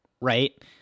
right